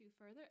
further